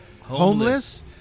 homeless